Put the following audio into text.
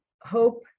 hope